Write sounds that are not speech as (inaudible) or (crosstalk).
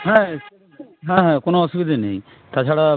হ্যাঁ (unintelligible) হ্যাঁ কোনো অসুবিধে নেই তাছাড়া